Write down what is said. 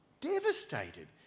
devastated